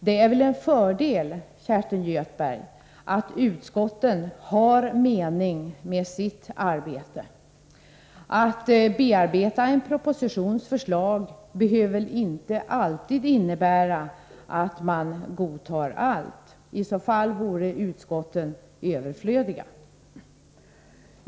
Det är väl en fördel, Kerstin Göthberg, att utskotten bearbetar regeringens förslag — att bereda förslagen i en proposition behöver väl inte alltid innebära att man godtar allt? I så fall vore utskotten överflödiga.